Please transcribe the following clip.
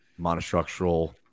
monostructural